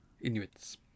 Inuits